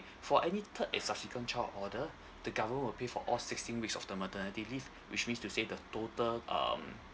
for any third and subsequent child order the government will pay for all sixteen weeks of the maternity leave which means to say the total um